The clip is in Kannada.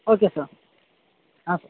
ಓಕೆ ಸರ್ ಹಾಂ ಸರ್